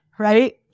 right